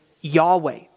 Yahweh